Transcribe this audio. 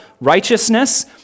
righteousness